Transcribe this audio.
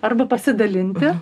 arba pasidalinti